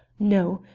no.